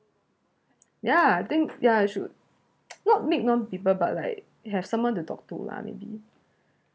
ya I think ya I should not meet more people but like have someone to talk to lah maybe